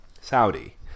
Saudi